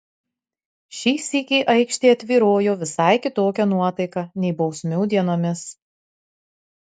šį sykį aikštėje tvyrojo visai kitokia nuotaika nei bausmių dienomis